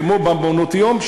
כמו במעונות-יום,